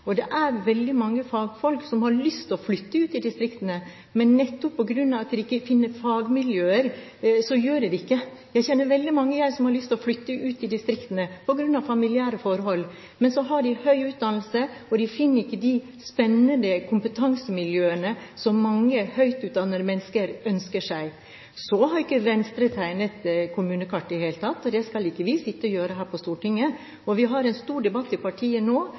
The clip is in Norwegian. Det er veldig mange fagfolk som har lyst til å flytte ut i distriktene, men nettopp på grunn av at de ikke finner fagmiljøer, gjør de det ikke. Jeg kjenner veldig mange som har lyst til å flytte ut i distriktene på grunn av familiære forhold, men så har de høy utdannelse og finner ikke de spennende kompetansemiljøene som mange høyt utdannede mennesker ønsker seg. Så har ikke Venstre tegnet kommunekartet i det hele tatt. Det skal ikke vi sitte og gjøre her på Stortinget. Vi har en stor debatt i partiet nå,